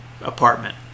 apartment